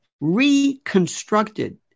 reconstructed